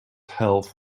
health